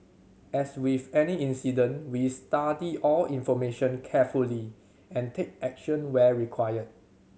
as with any incident we study all information carefully and take action where required